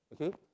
Okay